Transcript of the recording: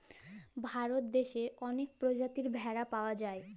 ভারত দ্যাশে অলেক পজাতির ভেড়া পাউয়া যায়